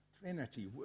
Trinity